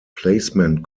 placement